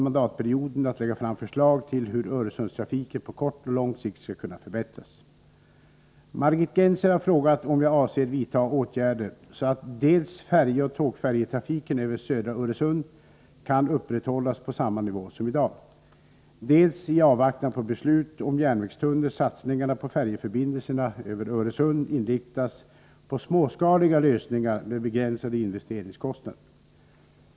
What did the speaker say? Margit Gennser har frågat om jag avser vidta åtgärder så att dels färjeoch tågfärjetrafiken över södra Öresund kan upprätthållas på samma nivå som i dag, dels i avvaktan på beslut om järnvägstunnel satsningarna på färjeförbindelserna över Öresund inriktas på småskaliga lösningar med begränsade investeringskostnader.